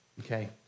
Okay